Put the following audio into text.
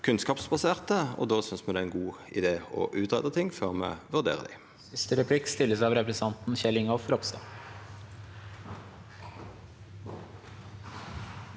kunnskapsbaserte, og då synest me det er ein god idé å greia ut ting før me vurderer dei.